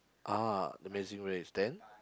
ah Amazing Race then